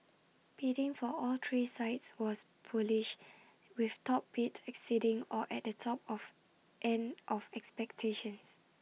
bidding for all three sites was bullish with top bids exceeding or at the top of end of expectations